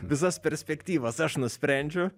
visas perspektyvas aš nusprendžiu